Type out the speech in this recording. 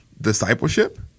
discipleship